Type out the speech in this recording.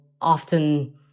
often